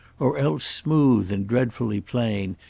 or else smooth and dreadfully plain,